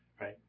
right